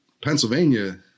Pennsylvania